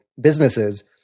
businesses